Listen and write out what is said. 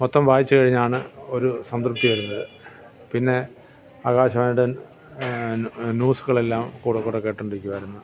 മൊത്തം വായിച്ച് കഴിഞ്ഞാണ് ഒരു സംതൃപ്തി വരുന്നത് പിന്നെ ആകാശവാണിയുടെ ന്യൂസുകളെല്ലാം കൂടെ കൂടെ കേട്ടുകൊണ്ടിരിക്കുവായിരുന്നു